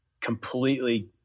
completely